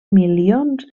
milions